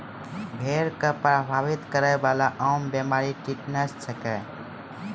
भेड़ क प्रभावित करै वाला आम बीमारी टिटनस छिकै